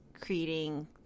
creating